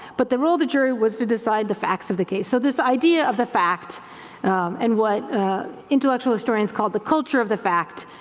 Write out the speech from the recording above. but the role the jury was to decide the facts of the case. so this idea of the fact and what intellectual historians call the culture of the fact